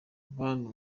bantu